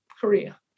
Korea